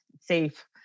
safe